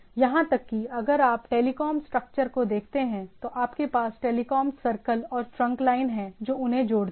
यहां तक कि अगर आप टेलीकॉम स्ट्रक्चर को देखते हैं तो आपके पास टेलीकॉम सर्कल और ट्रंक लाइन है जो उन्हें जोड़ती है